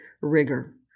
rigor